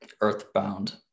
earthbound